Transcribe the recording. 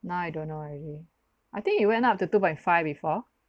now I don't know already I think it went up to two point five before